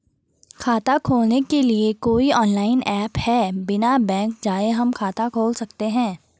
खाता खोलने के लिए कोई ऑनलाइन ऐप है बिना बैंक जाये हम खाता खोल सकते हैं?